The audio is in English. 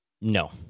no